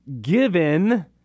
given